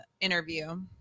interview